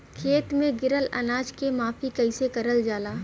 खेत में गिरल अनाज के माफ़ी कईसे करल जाला?